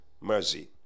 Mercy